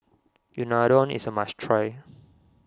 Unadon is a must try